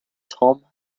tom